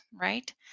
right